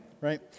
right